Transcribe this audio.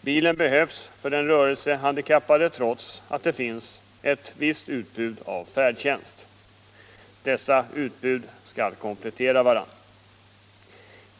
Den rörelsehandikappade behöver bilen, trots att det finns ett visst utbud av färdtjänst. Dessa två möjligheter skall komplettera varandra.